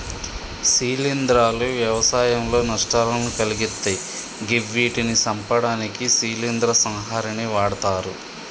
శిలీంద్రాలు వ్యవసాయంలో నష్టాలను కలిగిత్తయ్ గివ్విటిని సంపడానికి శిలీంద్ర సంహారిణిని వాడ్తరు